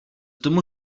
tomu